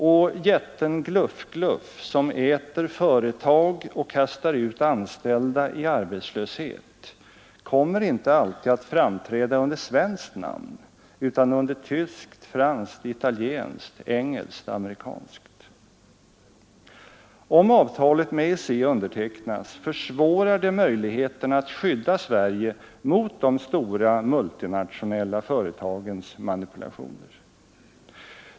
Och jätten Gluff-Gluff, som äter företag och kastar ut anställda i arbetslöshet, kommer inte alltid att framträda under svenskt namn utan under tyskt, franskt, italienskt, engelskt, amerikanskt. Om avtalet med EEC undertecknas, försvårar det möjligheterna att skydda Sverige mot de stora multinationella företagens manipulationer.